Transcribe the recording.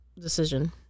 decision